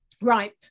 Right